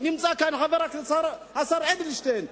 נמצא כאן השר אדלשטיין,